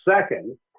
second